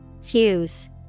Fuse